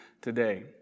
today